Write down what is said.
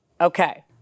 Okay